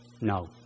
No